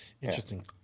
interesting